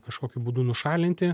kažkokiu būdu nušalinti